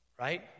right